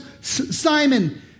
Simon